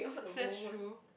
that's true